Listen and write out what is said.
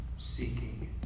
seeking